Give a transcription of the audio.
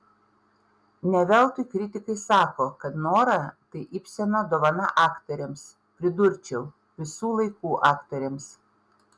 ne veltui kritikai sako kad nora tai ibseno dovana aktorėms pridurčiau visų laikų aktorėms